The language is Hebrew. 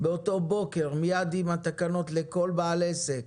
באותו בוקר, מייד עם תחילת התקנות, לכל בעל עסק?